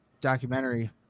documentary